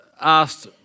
asked